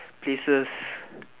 places